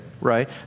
right